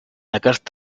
aquest